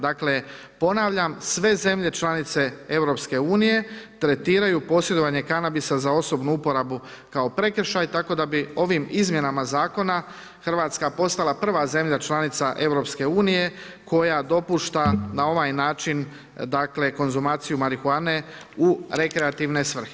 Dakle, ponavljam sve zemlje članice EU tretiraju posjedovanje kanabisa za osobnu uporabu kao prekršaj, tako da bi ovim izmjenama Zakona Hrvatska postala prva zemlja članica EU koja dopušta na ovaj način konzumaciju marihuanu u rekreativne svrhe.